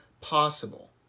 possible